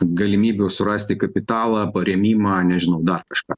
galimybių surasti kapitalą parėmimą nežinau dar kažką